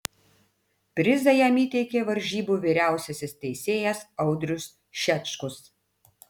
prizą jam įteikė varžybų vyriausiasis teisėjas audrius šečkus